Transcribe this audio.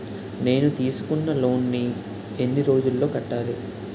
నేను తీసుకున్న లోన్ నీ ఎన్ని రోజుల్లో కట్టాలి?